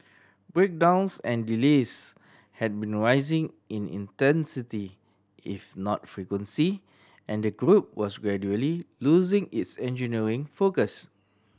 breakdowns and delays had been rising in intensity if not frequency and the group was gradually losing its engineering focus